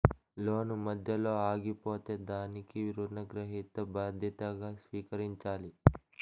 లోను మధ్యలో ఆగిపోతే దానికి రుణగ్రహీత బాధ్యతగా స్వీకరించాలి